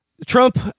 Trump